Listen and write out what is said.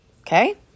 okay